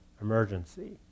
emergency